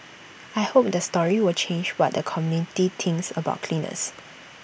I hope the story will change what the community thinks about cleaners